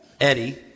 Eddie